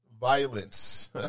Violence